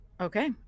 Okay